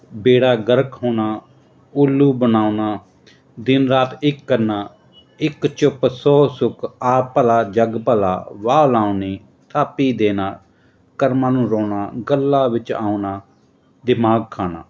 ਬੇੜਾ ਗਰਕ ਹੋਣਾ ਉੱਲੂ ਬਣਾਉਣਾ ਦਿਨ ਰਾਤ ਇੱਕ ਕਰਨਾ ਇੱਕ ਚੁੱਪ ਸੌ ਸੁੱਖ ਆਪ ਭਲਾ ਜਗ ਭਲਾ ਵਾਹ ਲਾਉਣੀ ਥਾਪੀ ਦੇਣਾ ਕਰਮਾਂ ਨੂੰ ਰੌਣਾ ਗੱਲਾਂ ਵਿੱਚ ਆਉਣਾ ਦਿਮਾਗ ਖਾਣਾ